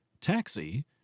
Taxi